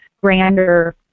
grander